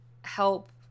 help